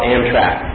Amtrak